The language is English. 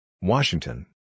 Washington